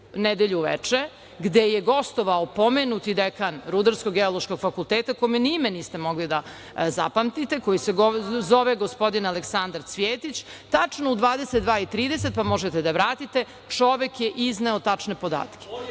nedelju veče gde je gostovao pomenuti dekan Rudarsko-geološkog fakulteta kome ni ime niste mogli da zapamtite, a koji se zove gospodin Aleksandar Cvijetić, tačno u 22.30, možete da vratite, čovek je izneo tačne podatke.